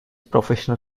professional